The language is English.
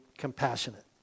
compassionate